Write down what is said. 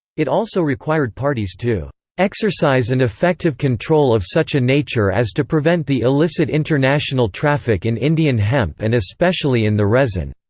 it also required parties to exercise an effective control of such a nature as to prevent the illicit international traffic in indian hemp and especially in the resin.